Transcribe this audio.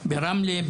ברמלה,